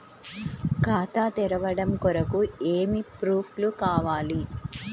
ఖాతా తెరవడం కొరకు ఏమి ప్రూఫ్లు కావాలి?